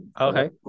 okay